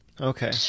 Okay